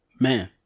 man